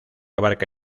abarca